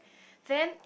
then